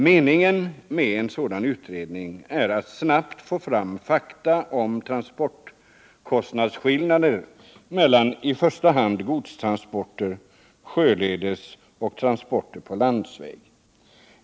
Meningen med en sådan utredning är att man snabbt skall få fram fakta om transportkostnadsskillnaderna mellan — i första hand — godstransporter sjöledes och transporter på landsväg.